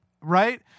Right